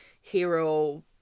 hero